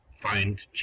find